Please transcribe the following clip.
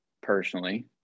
personally